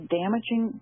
damaging